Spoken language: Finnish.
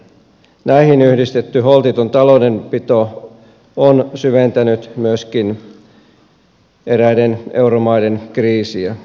näihin yhdistetty holtiton taloudenpito on myöskin syventänyt eräiden euromaiden kriisiä